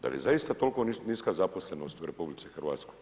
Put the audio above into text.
Da li je zaista toliko niska zaposlenost u RH?